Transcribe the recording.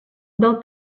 del